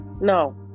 No